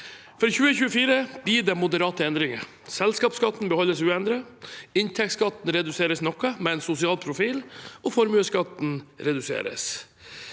For 2024 blir det moderate endringer. Selskapsskatten beholdes uendret, inntektsskatten reduseres noe, med en sosial profil, og formuesskatten reduseres.